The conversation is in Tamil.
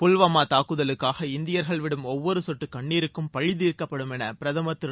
புல்வாமா தாக்குதலுக்காக இந்தியர்கள் விடும் ஒவ்வொரு சொட்டு கண்ணீருக்கும் பழிதீர்க்கப்படும் என பிரதமர் திரு